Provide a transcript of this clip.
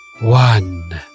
One